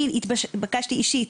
אני התבקשתי אישית